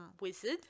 Wizard